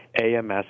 AMS